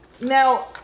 now